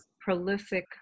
prolific